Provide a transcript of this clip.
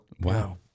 Wow